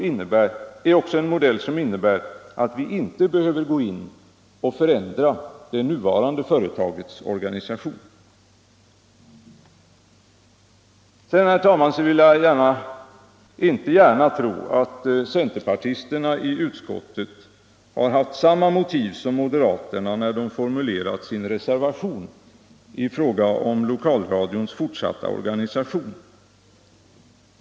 Det är också en modell som innebär att vi inte behöver gå in och förändra det nuvarande företagets organisation. Jag vill inte gärna tro att centerpartisterna i utskottet har haft samma motiv som moderaterna när de formulerat sin reservation i fråga om lokalradions fortsatta organisation.